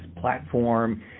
platform